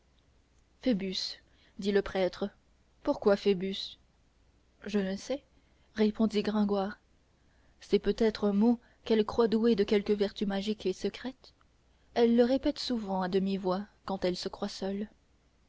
dit le prêtre pourquoi phoebus je ne sais répondit gringoire c'est peut-être un mot qu'elle croit doué de quelque vertu magique et secrète elle le répète souvent à demi-voix quand elle se croit seule